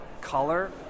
color